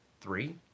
Three